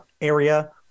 area